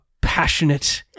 passionate